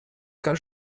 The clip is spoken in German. ganz